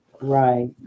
Right